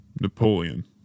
Napoleon